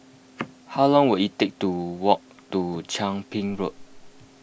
how long will it take to walk to Chia Ping Road